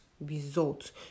results